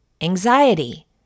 anxiety